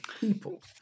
people